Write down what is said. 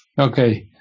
Okay